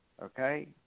Okay